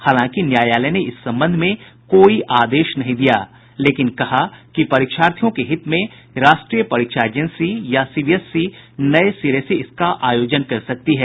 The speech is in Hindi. हालांकि न्यायालय ने इस संबंध में कोई आदेश नहीं दिया लेकिन कहा कि परीक्षार्थियों के हित में राष्ट्रीय परीक्षा एजेंसी या सीबीएसई नये सिरे से इसका आयोजन कर सकती है